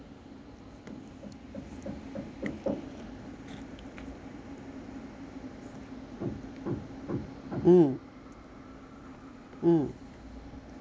mm mm